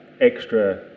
extra